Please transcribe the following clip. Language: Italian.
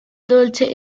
dolce